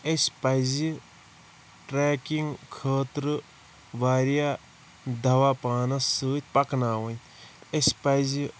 اسہ پَزِ ٹریکِنٛگ خٲطرٕ واریاہ دَوا پانَس سۭتۍ پَکناوٕنۍ أسۍ پَزِ